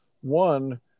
One